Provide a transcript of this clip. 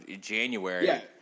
January